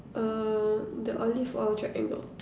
uh the olive oil triangle